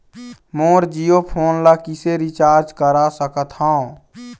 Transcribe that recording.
मोर Jio phone ला किसे recharge करा सकत हवं?